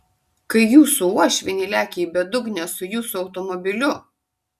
kai jūsų uošvienė lekia į bedugnę su jūsų automobiliu